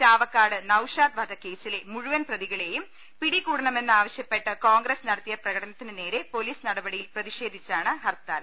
ചാവക്കാട് നൌഷാദ് വധക്കേസിലെ മുഴു വൻ പ്രതികളെയും പിടികൂടണമെന്നാവശ്യപ്പെട്ട് കോൺഗ്രസ് നട ത്തിയ പ്രകടനത്തിനു നേരെ പൊലീസ് നടപടിയിൽ പ്രതിഷേധി ച്ചാണ് ഹർത്താൽ